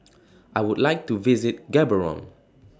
I Would like to visit Gaborone